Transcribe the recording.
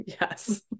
yes